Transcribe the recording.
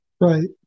Right